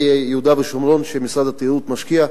יהודה ושומרון שמשרד התיירות משקיע בהם.